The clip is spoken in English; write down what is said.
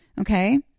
Okay